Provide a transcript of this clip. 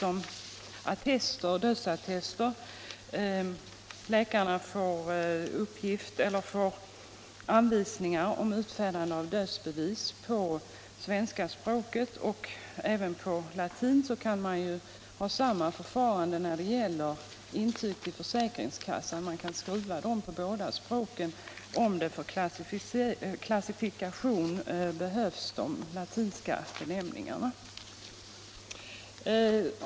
Om läkarna kommer att få anvisningar om utfärdande av dödsbevis både på svenska språket och på latin, kan man ha samma förfarande för intyg till försäkringskassan. Dessa kan skrivas på båda språken, om de latinska benämningarna behövs för klassifikationen.